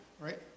right